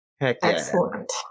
Excellent